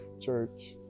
church